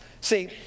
See